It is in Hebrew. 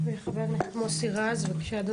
חבר הכנסת מוסי רז, בבקשה.